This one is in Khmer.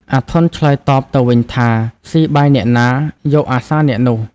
អាធន់ ឆ្លើយតបទៅវិញថា ” ស៊ីបាយអ្នកណា យកអាសាអ្នកនោះ”។